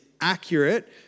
accurate